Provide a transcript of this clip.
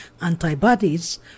antibodies